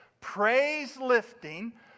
praise-lifting